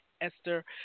Esther